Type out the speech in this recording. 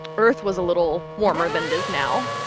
earth was a little warmer than it is now,